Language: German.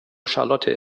charlotte